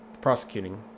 prosecuting